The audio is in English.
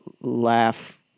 laugh